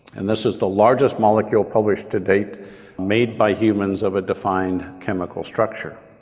and this is the largest molecule published to date made by humans of a defined chemical structure.